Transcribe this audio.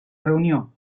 reunió